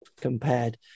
...compared